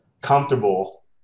comfortable